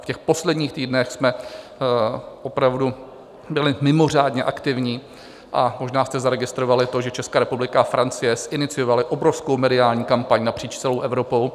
V posledních týdnech jsme opravdu byli mimořádně aktivní a možná jste zaregistrovali, že Česká republika a Francie ziniciovaly obrovskou mediální kampaň napříč celou Evropou.